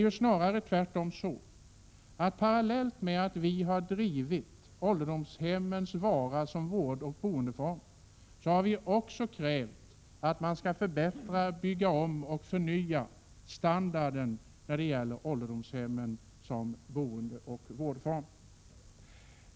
Det är snarare så att vi, parallellt med att vi har drivit frågan om att ålderdomshemmen skall vara kvar som vårdoch boendeform, har krävt att man skall förbättra standarden, bygga om och förnya ålderdomshemmen.